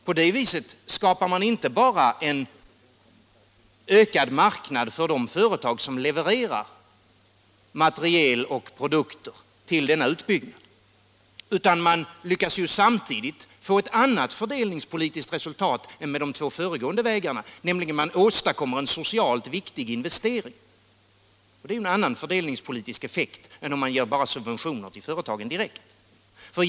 På det sättet skapar man inte bara en ökad marknad för de företag som levererar materiel och produkter till denna utbyggnad, utan man lyckas ju samtidigt få ett annat fördelningspolitiskt resultat än med de två föregående metoderna: man åstadkommer en socialt viktig investering. Det blir en annan fördelningspolitisk effekt än om man bara ger subventioner direkt till företagen.